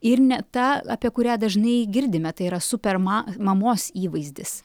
ir ne ta apie kurią dažnai girdime tai yra super ma mamos įvaizdis